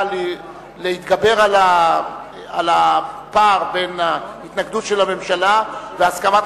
להתגבר על הפער בין ההתנגדות של הממשלה והסכמת